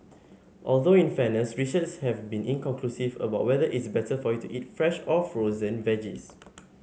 although in fairness research have been inconclusive about whether it's better for you to eat fresh or frozen veggies